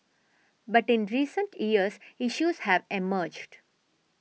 but in recent years issues have emerged